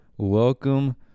Welcome